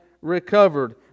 recovered